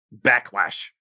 backlash